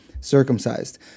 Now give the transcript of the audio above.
circumcised